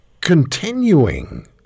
continuing